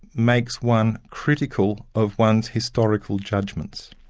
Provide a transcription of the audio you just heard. makes one critical of one's historical judgments,